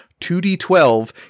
2d12